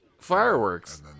fireworks